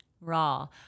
Raw